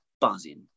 buzzing